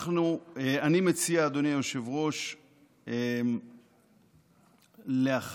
אני מציע, אדוני היושב-ראש, להחמיר